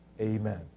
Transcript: Amen